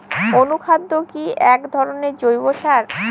অনুখাদ্য কি এক ধরনের জৈব সার?